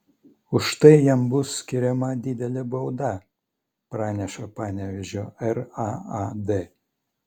už tai jam bus skiriama didelė bauda praneša panevėžio raad